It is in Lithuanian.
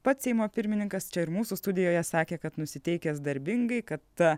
pats seimo pirmininkas čia ir mūsų studijoje sakė kad nusiteikęs darbingai kad ta